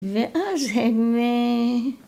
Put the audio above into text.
ואז הם